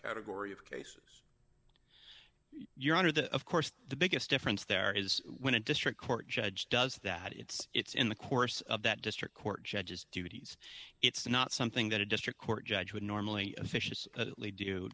category of cases your honor that of course the biggest difference there is when a district court judge does that it's in the course of that district court judges duties it's not something that a district court judge would normally